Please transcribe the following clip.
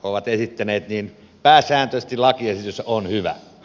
ovat esittäneet pääsääntöisesti lakiesitys on hyvä